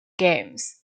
games